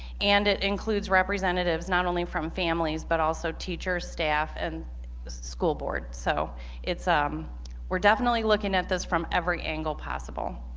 and it includes representatives not only from families, but also teachers staff and school board. so um we're definitely looking at this from every angle possible.